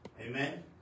Amen